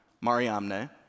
Mariamne